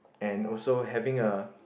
and also having a